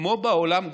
כמו בעולם,